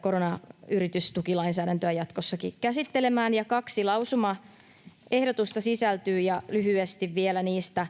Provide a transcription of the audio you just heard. koronayritystukilainsäädäntöä jatkossakin käsittelemään. Ja kaksi lausumaehdotusta sisältyy tähän, ja lyhyesti vielä niistä.